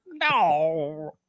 no